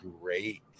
great